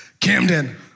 Camden